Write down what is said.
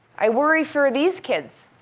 i worry for these kids.